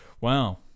Wow